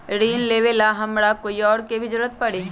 ऋन लेबेला हमरा कोई और के भी जरूरत परी?